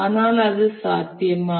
ஆனால் அது சாத்தியமா